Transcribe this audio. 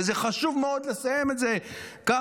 וזה חשוב מאוד לסיים את זה ככה,